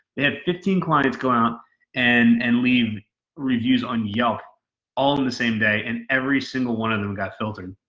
they have fifteen clients go out and and leave reviews on yelp all in the same day. and every single one of them got filtered.